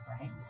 right